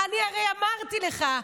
אני הרי אמרתי לך,